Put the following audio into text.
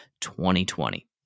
2020